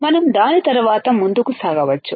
మనం దాని తర్వాత ముందుకు సాగవచ్చు